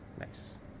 Nice